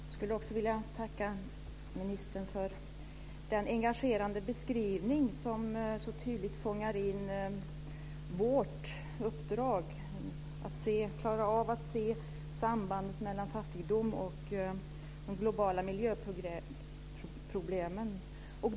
Fru talman! Också jag skulle vilja tacka ministern för den engagerande beskrivning som så tydligt fångar in vårt uppdrag att se sambandet mellan fattigdom och de globala miljöproblemen.